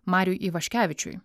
mariui ivaškevičiui